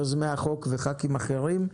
יוזמי החוק וח"כים אחרים.